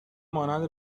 مانند